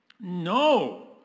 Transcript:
No